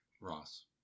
Ross